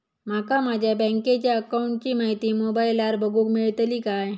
माका माझ्या बँकेच्या अकाऊंटची माहिती मोबाईलार बगुक मेळतली काय?